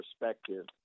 perspective